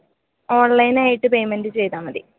ഓൺലൈനായിട്ട് പേയ്മെൻ്റ് ചെയ്താൽ മതി